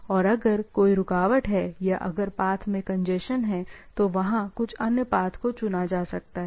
और अगर कोई रुकावट है या अगर पाथ में कुछ कंजेशन है तो वहाँ कुछ अन्य पाथ को चुना जा सकता है